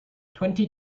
twenty